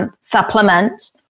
supplement